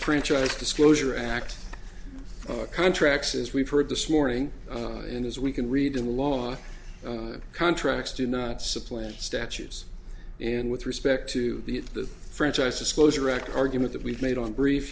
franchise disclosure act contracts as we've heard this morning and as we can read in the law contracts do not supplant statues and with respect to the franchise disclosure record argument that we've made on brief